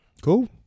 Cool